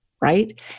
right